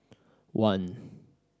one